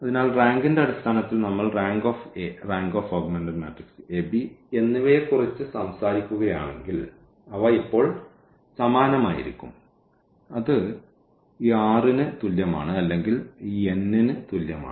അതിനാൽ റാങ്കിന്റെ അടിസ്ഥാനത്തിൽ നമ്മൾ റാങ്ക് റാങ്ക് എന്നിവയെക്കുറിച്ച് സംസാരിക്കുകയാണെങ്കിൽ അവ ഇപ്പോൾ സമാനമായിരിക്കും അത് ഈ r ന് തുല്യമാണ് അല്ലെങ്കിൽ ഈ n ന് തുല്യമാണ്